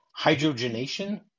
hydrogenation